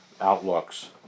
outlooks